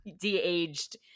de-aged